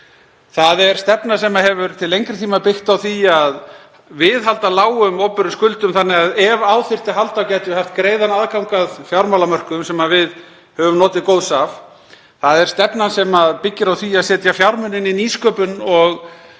Það er stefna sem hefur til lengri tíma byggt á því að viðhalda lágum opinberum skuldum þannig að ef á þyrfti að halda gætum við haft greiðan aðgang að fjármálamörkuðum, sem við höfum notið góðs af. Það er stefna sem byggist á því að setja fjármuni í nýsköpun,